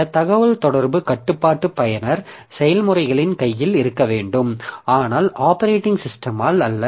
இந்த தகவல்தொடர்பு கட்டுப்பாடு பயனர் செயல்முறைகளின் கையில் இருக்க வேண்டும் ஆனால் ஆப்பரேட்டிங் சிஸ்டமால் அல்ல